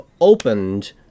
opened